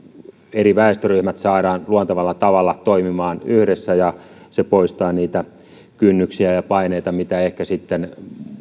eri väestöryhmät saadaan luontevalla tavalla toimimaan yhdessä ja se poistaa niitä kynnyksiä ja paineita mitä ehkä sitten